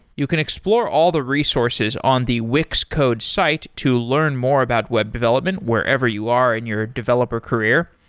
you can explore all the resources on the wix code site to learn more about web development wherever you are in your developer career.